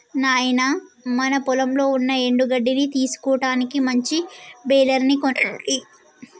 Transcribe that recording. నాయినా మన పొలంలో ఉన్న ఎండు గడ్డిని తీసుటానికి మంచి బెలర్ ని కొనండి